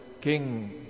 king